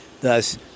thus